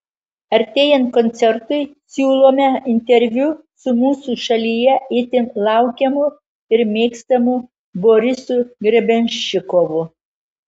artėjant koncertui siūlome interviu su mūsų šalyje itin laukiamu ir mėgstamu borisu grebenščikovu